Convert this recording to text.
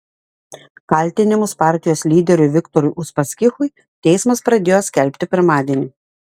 kaltinimus partijos lyderiui viktorui uspaskichui teismas pradėjo skelbti pirmadienį